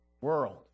world